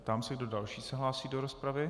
Ptám se, kdo další se hlásí do rozpravy.